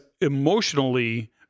emotionally